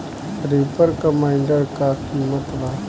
Reaper combiner का किमत बा?